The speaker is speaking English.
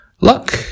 luck